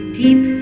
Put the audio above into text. deep